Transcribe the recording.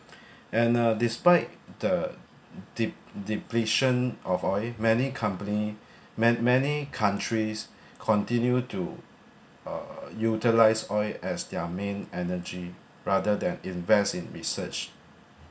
and uh despite the dep~ depletion of oil many company many many countries continue to uh utilize oil as their main energy rather than invest in research